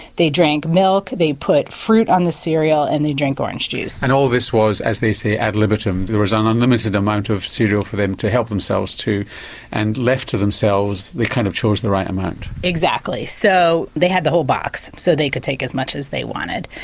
they drank milk, they put fruit on the cereal and they drank orange juice. and all this was as they say ad libitum, there was an unlimited amount of cereal for them to help themselves to and left to themselves they kind of chose the right amount? exactly, so they had the whole box, so they could take as much as they wanted.